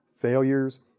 failures